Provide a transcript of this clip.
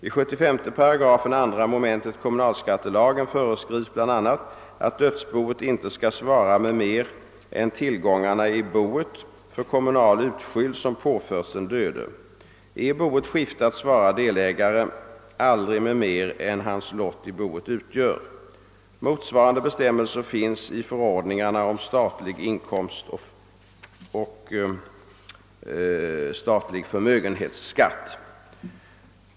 I 75 § 2 mom. kommunalskattelagen föreskrivs bl.a., att dödsboet inte skall svara med mera än tillgångarna i boet för kommunal utskyld som påförts den döde. är boet skiftat, svarar delägare aldrig med mer än hans lott i boet utgör. Motsvarande bestämmelser finns i förordningarna om statlig inkomst och statlig förmögenhetsskatt.